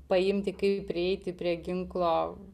paimti kaip prieiti prie ginklo